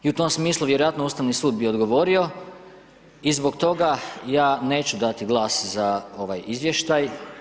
I u tom smislu vjerojatno Ustavni sud bi odgovorio i zbog toga ja neću dati glas za ovaj izvještaj.